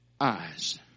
Eyes